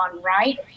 right